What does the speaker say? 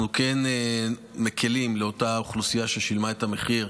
אנחנו כן מקילים על אותה אוכלוסייה ששילמה את המחיר,